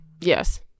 Yes